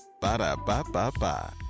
Ba-da-ba-ba-ba